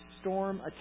storm